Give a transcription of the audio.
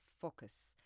focus